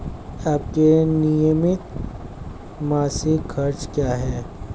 आपके नियमित मासिक खर्च क्या हैं?